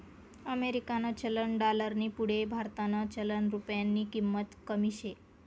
अमेरिकानं चलन डालरनी पुढे भारतनं चलन रुप्यानी किंमत कमी शे